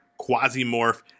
Quasimorph